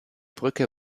brücke